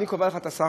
אני קובע לך את השכר,